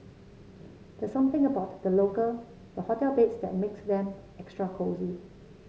there's something about the local the hotel beds that makes them extra cosy